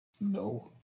No